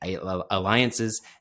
alliances